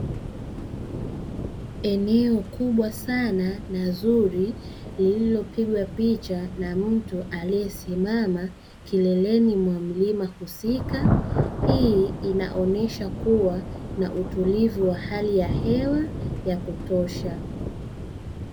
Eneo kubwa sana na zuri lililopigwa picha na mtu aliyesimama kileleni mwa mlima husika, hii inaonyesha kuwa na utulivu wa hali ya hewa ya kutosha.